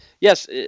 Yes